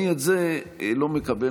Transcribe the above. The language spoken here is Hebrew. אני את זה לא מקבל.